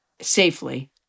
safely